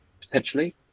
potentially